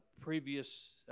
previous